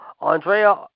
Andrea